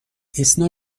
ایسنا